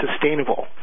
sustainable